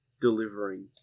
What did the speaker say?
delivering